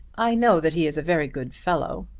i know that he is a very good fellow.